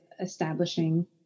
establishing